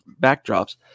backdrops